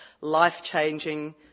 life-changing